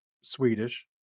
Swedish